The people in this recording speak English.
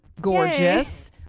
Gorgeous